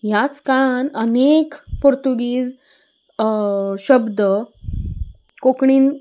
ह्याच काळान अनेक पोर्तुगीज शब्द कोंकणीन